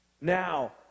Now